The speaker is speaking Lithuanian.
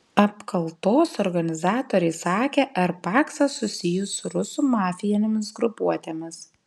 apkaltos organizatoriai sakė r paksą susijus su rusų mafijinėmis grupuotėmis